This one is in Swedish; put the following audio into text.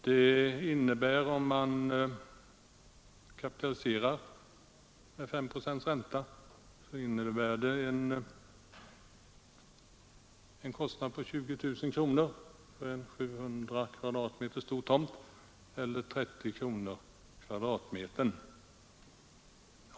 Det innebär, om man kapitaliserar med 5 procents ränta, en kostnad på 20 000 kronor för en 700 kvadratmeter stor tomt, eller 30 kronor kvadratmetern.